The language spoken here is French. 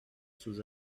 sous